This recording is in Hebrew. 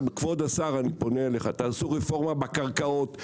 כבוד השר, אני פונה אליך, תעשו רפורמה בקרקעות.